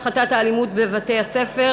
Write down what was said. הפחתת האלימות בבתי-הספר),